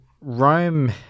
Rome